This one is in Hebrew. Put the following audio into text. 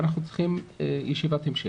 אנחנו צריכים ישיבת המשך,